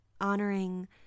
honoring